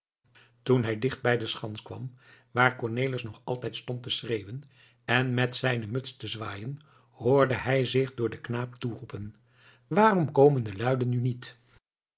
toen hij dicht bij de schans kwam waar cornelis nog altijd stond te schreeuwen en met zijne muts te zwaaien hoorde hij zich door den knaap toeroepen waarom komen de luiden nu niet